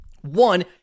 one